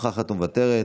נוכח ומוותר,